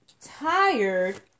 tired